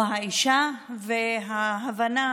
או האישה, וההבנה